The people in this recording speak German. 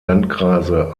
landkreise